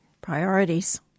priorities